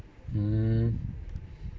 mm